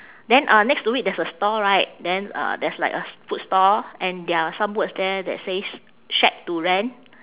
then uh next to it there's a stall right then uh there's like a s~ food stall and there are some words there that says shack to rent